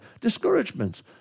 Discouragements